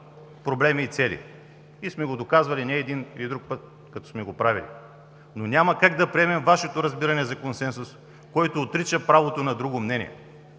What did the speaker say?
проблеми и цели. Ние сме го доказвали не един и друг път, но няма как да приемем Вашето разбиране за консенсус, което отрича правото на друго мнение.